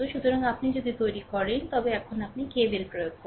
সুতরাং আপনি যদি তৈরি করেন তবে এখন আপনি KVLপ্রয়োগ করেন